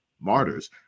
martyrs